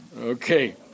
Okay